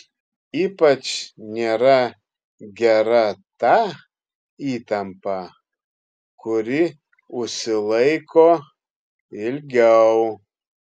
ypač nėra gera ta įtampa kuri užsilaiko ilgiau